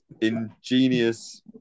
ingenious